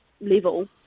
level